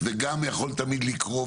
גם יכול תמיד לקרות,